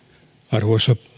arvoisa